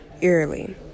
eerily